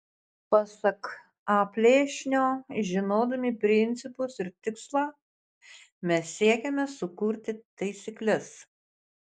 pasak a plėšnio žinodami principus ir tikslą mes siekiame sukurti taisykles